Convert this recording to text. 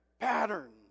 patterns